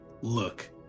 look